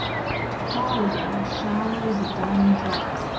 to fall again in showers of diamond drops,